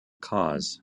cause